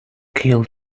kill